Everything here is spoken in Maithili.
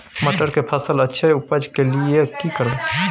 मटर के फसल अछि उपज के लिये की करबै?